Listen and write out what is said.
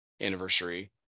anniversary